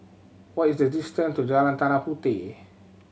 what is the distant to Jalan Tanah Puteh